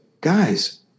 guys